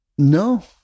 no